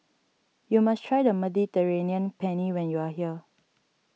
you must try the Mediterranean Penne when you are here